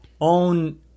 own